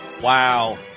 Wow